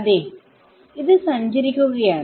അതേ ഇത് സഞ്ചരിക്കുകയാണ്